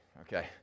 okay